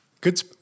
Good